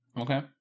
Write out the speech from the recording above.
Okay